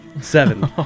Seven